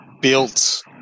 built